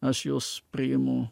aš jos priimu